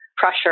pressure